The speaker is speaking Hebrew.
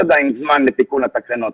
עדיין יש זמן לתיקון התקנות.